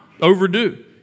overdue